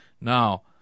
Now